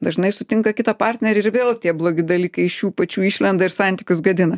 dažnai sutinka kitą partnerį ir vėl tie blogi dalykai iš jų pačių išlenda ir santykius gadina